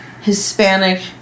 Hispanic